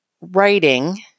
writing